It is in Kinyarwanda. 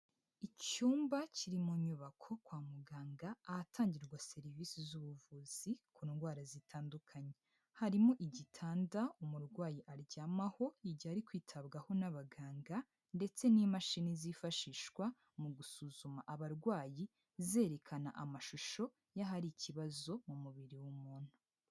Icyumba kiri mu nyubako kwa muganga ahatangirwa serivisi z'ubuvuzi ku ndwara zitandukanye. Harimo igitanda umurwayi aryamaho igihe ari kwitabwaho n'abaganga, ndetse n'imashini zifashishwa mu gusuzuma abarwayi, zerekana amashusho y'ahari ikibazo mu mubiri w'umuntu.